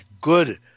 good